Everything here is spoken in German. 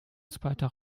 zweiter